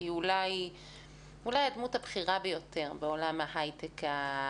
שהיא אולי הדמות הנשית הבכירה ביותר בעולם ההייטק.